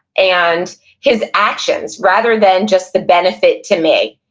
and his actions, rather than just the benefit to me.